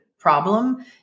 Problem